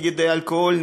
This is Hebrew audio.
נגד אלכוהול,